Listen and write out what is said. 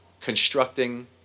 constructing